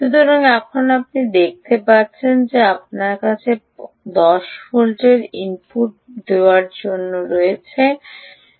সুতরাং এখন আপনি দেখতে পাচ্ছেন যে আমরা আপনাকে 10 ভোল্টের ইনপুট দেওয়ার জন্য দেখছি